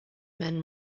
men